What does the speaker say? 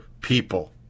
people